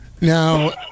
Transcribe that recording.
Now